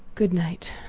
good night,